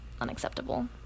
unacceptable